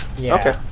Okay